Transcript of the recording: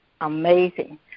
amazing